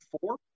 four